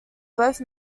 both